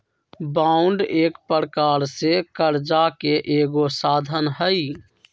bond एक प्रकार से करजा के एगो साधन हइ